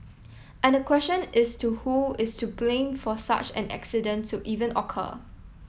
and the question is to who is to blame for such an accident to even occur